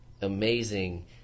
amazing